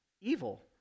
evil